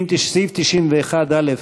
סעיף 91(א)